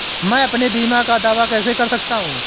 मैं अपने बीमा का दावा कैसे कर सकता हूँ?